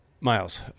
miles